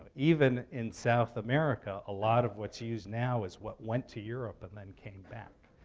even in south america, a lot of what's used now is what went to europe and then came back,